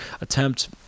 attempt